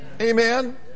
Amen